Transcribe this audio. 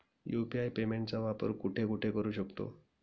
UPI पेमेंटचा वापर कुठे कुठे करू शकतो?